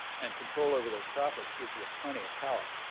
and control over those profits gives you plenty of power.